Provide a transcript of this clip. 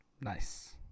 Nice